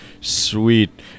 sweet